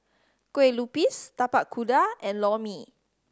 Kueh Lupis Tapak Kuda and Lor Mee